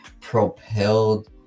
propelled